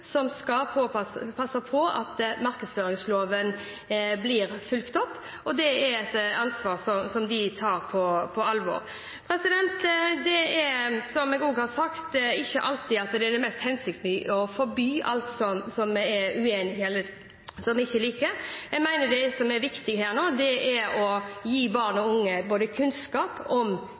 som skal passe på at markedsføringsloven blir fulgt. Det er et ansvar de tar på alvor. Det er, som jeg også har sagt, ikke alltid det er det mest hensiktsmessige å forby alt vi er uenig i, eller som vi ikke liker. Jeg mener det som er viktig nå, er å gi barn og unge kunnskap om